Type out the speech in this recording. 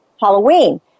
Halloween